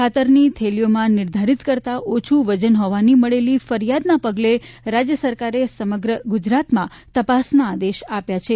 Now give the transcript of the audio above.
ખાતરની થેલીઓમાં નિર્ધારિત કરતાં ઓછું વજન હોવાની મળેલી ફરિયાદના પગલે રાજ્ય સરકારે સમગ્ર ગુજરાતમાં તપાસના આદેશ આપ્યા છે